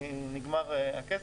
כי נגמר הכסף.